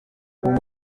kubamo